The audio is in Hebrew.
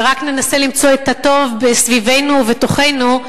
ורק ננסה למצוא את הטוב סביבנו ובתוכנו,